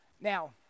Now